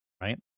right